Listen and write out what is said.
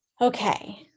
Okay